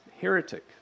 heretic